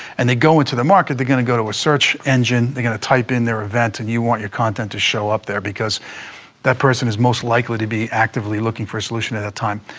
and they go into the market, they're going to go to a search engine. they're going to type in their event, and you want your content to show up there, because that person is most likely to be actively looking for a solution at that time.